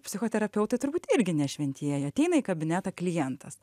psichoterapeutai turbūt irgi ne šventieji ateina į kabinetą klientas